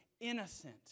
innocent